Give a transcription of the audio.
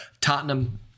Tottenham